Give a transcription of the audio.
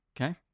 Okay